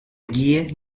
guíe